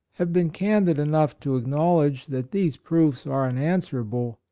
have been candid enough to acknowledge that these proofs are unanswerable,